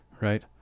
right